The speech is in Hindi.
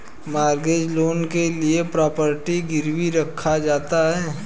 मॉर्गेज लोन के लिए प्रॉपर्टी गिरवी रखा जाता है